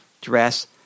dress